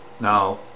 Now